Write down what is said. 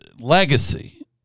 legacy